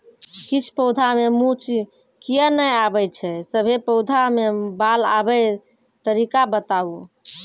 किछ पौधा मे मूँछ किये नै आबै छै, सभे पौधा मे बाल आबे तरीका बताऊ?